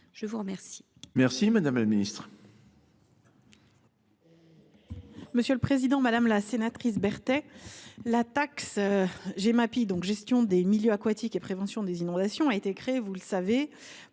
je vous remercie